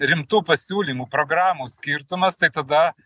rimtų pasiūlymų programų skirtumas tai tada